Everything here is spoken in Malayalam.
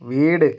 വീട്